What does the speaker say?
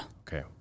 Okay